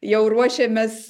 jau ruošiamės